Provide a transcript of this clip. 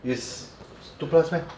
is two plus meh